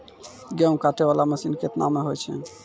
गेहूँ काटै वाला मसीन केतना मे होय छै?